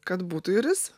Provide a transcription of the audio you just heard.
kad būtų ir jis